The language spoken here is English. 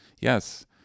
Yes